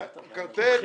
קרטל?